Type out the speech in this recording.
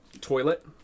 toilet